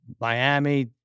Miami